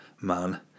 man